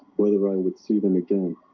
whether i would see them again